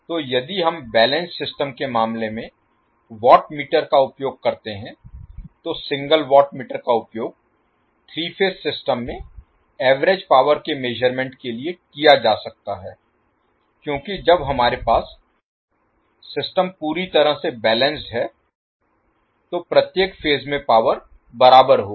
तो यदि हम बैलेंस्ड सिस्टम के मामले में वाट मीटर का उपयोग करते हैं तो सिंगल वाट मीटर का उपयोग 3 फेज सिस्टम में एवरेज पावर के मेज़रमेंट के लिए किया जा सकता है क्योंकि जब हमारे पास सिस्टम पूरी तरह से बैलेंस्ड है तो प्रत्येक फेज में पावर बराबर होगी